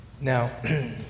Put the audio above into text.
Now